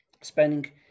spending